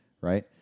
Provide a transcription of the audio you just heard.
right